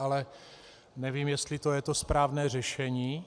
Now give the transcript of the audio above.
Ale nevím, jestli to je to správné řešení.